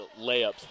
layups